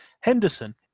henderson